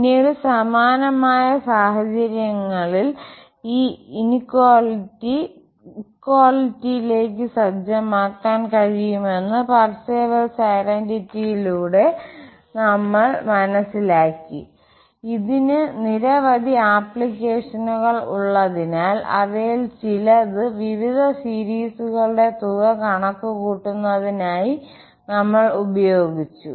പിന്നീട് സമാന സാഹചര്യങ്ങളിൽ ഈ ഇനിക്വാളിറ്റി ഇക്വാളിറ്റിയിലേക്ക് സജ്ജമാക്കാൻ കഴിയുമെന്ന് പർസേവൽസ് ഐഡന്റിറ്റിയിലൂടെ നമ്മൾ മനസിലാക്കി ഇതിന് നിരവധി ആപ്ലിക്കേഷനുകൾ ഉള്ളതിനാൽ അവയിൽ ചിലത് വിവിധ സീരീസുകളുടെ തുക കണക്കുകൂട്ടുന്നതിനായി നമ്മൾ ഉപയോഗിച്ചു